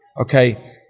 okay